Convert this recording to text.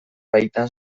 baitan